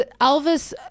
Elvis